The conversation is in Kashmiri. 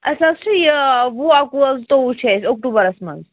اَسہِ حظ چھُ یہِ وُہ اَکہٕ وُہ حظ زٕتووُہ چھُ اَسہِ اوٚکٹوٗبَرَس منٛز